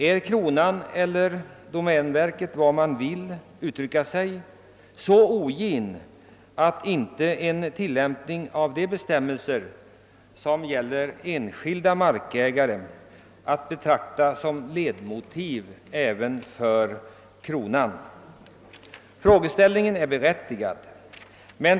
är kronan — eller domänverket om man så vill uttrycka sig — så ogin att en tillämpning av de bestämmelser som gäller för den enskilde markägaren inte kan betraktas som ledmotiv även för kronan? Frågan är berättigad.